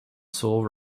sole